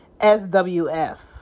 SWF